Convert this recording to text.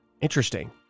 Interesting